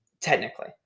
Technically